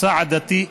מוצא עדתי,